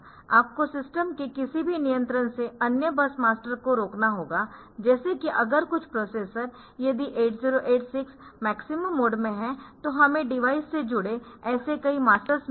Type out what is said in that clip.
आपको सिस्टम के किसी भी नियंत्रण से अन्य बस मास्टर को रोकना होगा जैसे कि अगर कुछ प्रोसेसर यदि 8086 मैक्सिमम मोड में है तो हमें डिवाइस से जुड़े ऐसे कई मास्टर्स मिले है